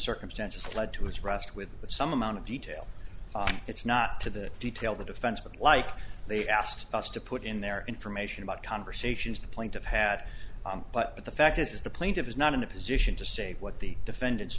circumstances that led to his rest with some amount of detail it's not to the detail the defense but like they asked us to put in their information about conversations the point of had but the fact is is the plaintiff is not in a position to say what the defendant's